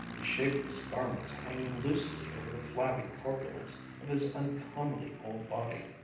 his shapeless garments hanging loosely over the flabby corpulence of his uncomely old body,